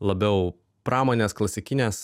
labiau pramonės klasikinės